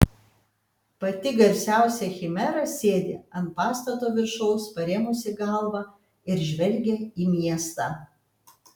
pati garsiausia chimera sėdi ant pastato viršaus parėmusi galvą ir žvelgia į miestą